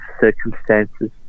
circumstances